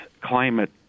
climate